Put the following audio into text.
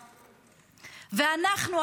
ואנחנו,